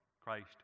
Christ